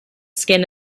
skin